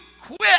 quit